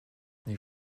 die